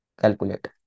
Calculate